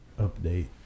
update